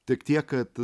tik tiek kad